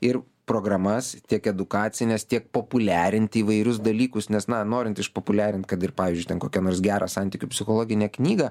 ir programas tiek edukacines tiek populiarinti įvairius dalykus nes na norint išpopuliarinti kad ir pavyzdžiui kokią nors gerą santykių psichologinę knygą